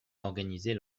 d’organiser